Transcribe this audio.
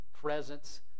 presence